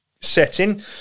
setting